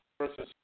versus